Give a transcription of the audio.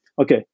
Okay